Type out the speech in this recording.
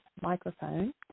microphone